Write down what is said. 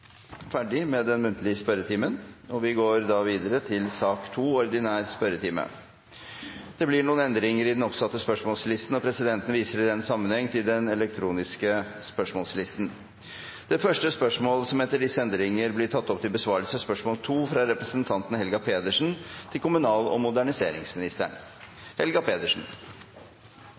med den muntlige spørretimen, og vi går videre til den ordinære spørretimen. Det blir noen endringer i den oppsatte spørsmålslisten. Presidenten viser i den sammenheng til den elektroniske spørsmålslisten som er gjort tilgjengelig for representantene. De foreslåtte endringene i dagens spørretime foreslås godkjent. – Det anses vedtatt. Endringene var som følger: Spørsmål 1, fra representanten Kåre Simensen til kommunal- og moderniseringsministeren,